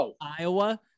Iowa